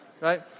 right